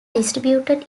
distributed